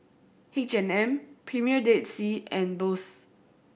H and M Premier Dead Sea and Bose